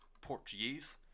Portuguese